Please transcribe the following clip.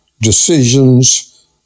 decisions